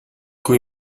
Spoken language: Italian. con